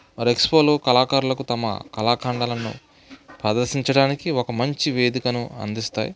వారి ఎక్స్పోలో కళాకారులకు తమ కళాకండాలను ప్రదర్శించడానికి ఒక మంచి వేదికను అందిస్తాయి